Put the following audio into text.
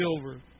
silver